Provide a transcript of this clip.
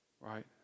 Right